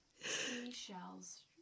Seashells